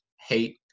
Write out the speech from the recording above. hate